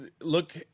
look